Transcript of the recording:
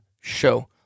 show